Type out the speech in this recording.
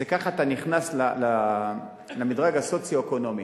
ככה אתה נכנס למדרג הסוציו-אקונומי.